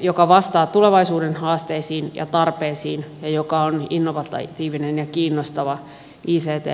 joka vastaa tulevaisuuden haasteisiin ja tarpeisiin ja joka on innovatiivinen ja kiinnostava ict puolen yrityksille